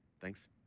Thanks